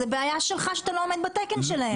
זאת בעיה שלך שאתה לא עומד בתקן שלהם.